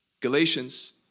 Galatians